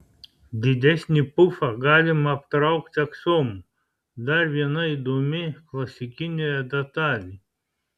didesnį pufą galima aptraukti aksomu dar viena įdomi klasikinė detalė